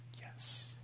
Yes